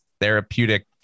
therapeutic